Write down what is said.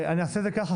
נעשה את זה כך,